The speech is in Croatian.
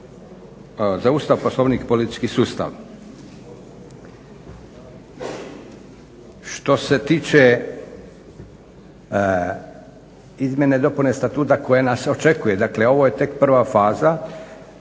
za Ustav, Poslovnik i politički sustav. Što se tiče izmjene i dopune Statuta koja nas očekuje, dakle ovo je tek prva faza.